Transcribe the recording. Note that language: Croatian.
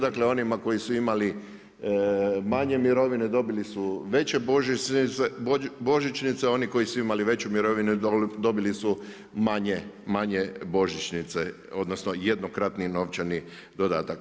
Dakle, onima koji su imali manje mirovine, dobili su veće božićnice, oni koji su imali veću mirovinu, dobili su manje božićnice, odnosno, jednokratni novčani dodatak.